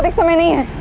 but from anywhere.